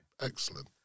Excellent